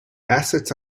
assets